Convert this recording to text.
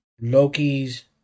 Loki's